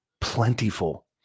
plentiful